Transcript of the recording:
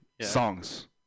Songs